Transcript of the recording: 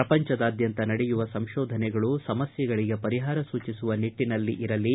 ಪ್ರಪಂಚದಾದ್ವಂತ ನಡೆಯುವ ಸಂಶೋಧನೆಗಳು ಸಮಸ್ಥೆಗಳಿಗೆ ಪರಿಹಾರ ಸೂಚಿಸುವ ನಿಟ್ಟನಲ್ಲಿ ಇರಲಿ